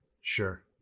sure